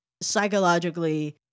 psychologically